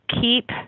keep